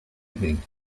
evening